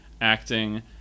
acting